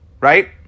Right